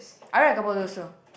I look like a